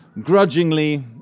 grudgingly